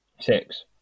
Six